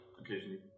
occasionally